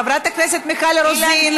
חברת הכנסת מיכל רוזין.